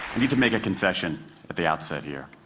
need to make a confession at the outset here.